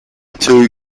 two